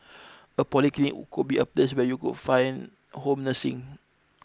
a polyclinic could be a place where you could find N home nursing